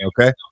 Okay